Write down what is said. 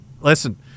Listen